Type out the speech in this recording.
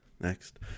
next